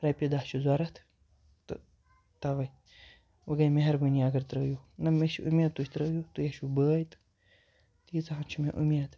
رۄپیہِ دَہ چھِ ضوٚرَتھ تہٕ تَوے وَ گٔے مہربٲنی اَگر ترٲیِو نہ مےٚ چھِ اُمید تُہۍ ترٲیِو تُہۍ چھُو بٲے تہٕ تیٖژاہن چھُ مےٚ اُمید